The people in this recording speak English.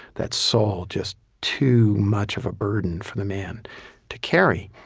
that soul just too much of a burden for the man to carry